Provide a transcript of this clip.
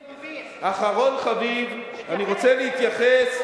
אני רוצה להתייחס,